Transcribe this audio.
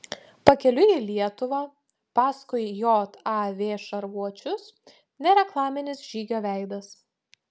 pakeliui į lietuvą paskui jav šarvuočius nereklaminis žygio veidas